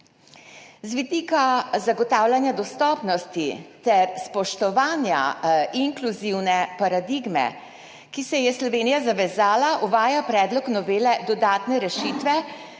Z vidika zagotavljanja dostopnosti ter spoštovanja inkluzivne paradigme, ki se ji je Slovenija zavezala, uvaja predlog novele dodatne rešitve,